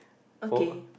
okay